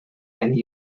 and